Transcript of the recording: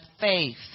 faith